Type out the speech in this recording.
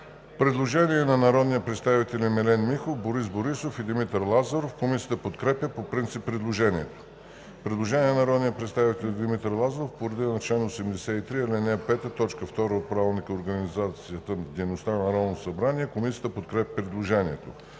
Предложение на народните представители Милен Михов, Борис Борисов и Димитър Лазаров. Комисията подкрепя по принцип предложението. Предложение на народния представител Димитър Лазаров по реда на чл. 83, ал. 5, т. 2 от Правилника за организацията и дейността на Народното събрание. Комисията подкрепя предложението.